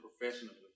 professionally